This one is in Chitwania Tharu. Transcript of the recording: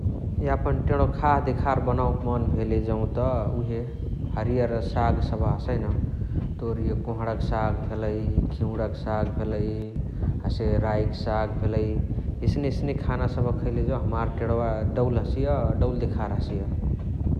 यापन टेणवा खा देखार बनाओके मन भेले जौत उहे हरियार सग सबह हसैन तोर इय कोहणक साग भेलइ, घिउणक साग भेलइ । हसे राइक साग भेलइ । एस्ने एस्ने खाना खैले जौ हमर टेणवा डौल हसिय, डौल देखर हसिय